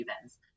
events